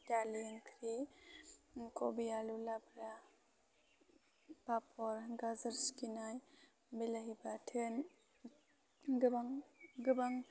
दालि ओंख्रि कबि आलु लाब्रा पापर गाजर सिखिनाय बिलाहि बाथोन गोबां गोबां